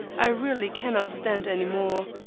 i really cannot stand any more.